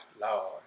Lord